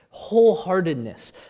wholeheartedness